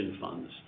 funds